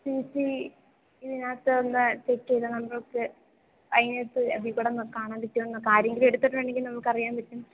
C C ഇതിനകത്ത് ഒന്ന് check ചെയ്ത് നമുക്ക് അതിനകത്ത് അതിൽ കൂടെ കാണാൻ പറ്റുമോന്ന് ആരെങ്കിലും എടുത്തിട്ടുണ്ടെങ്കിൽ നമുക്കറിയാൻ പറ്റും